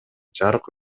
жарык